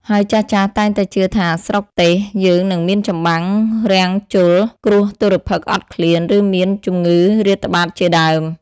ហើយចាស់ៗតែងតែជឿថា ស្រុកទេសយើងនឹងមានចម្បាំងរាំងជល់ គ្រោះទុរ្ភិក្សអត់ឃ្លាន ឬមានជំងឺរាតត្បាតជាដើម។